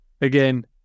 Again